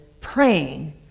praying